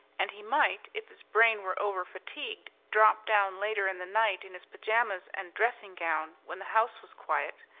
and he might, if his brain were over-fatigued, drop down later in the night in his pajamas and dressing-gown when the house was quiet,